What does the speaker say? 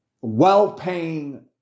well-paying